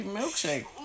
milkshake